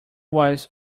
was